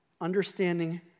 Understanding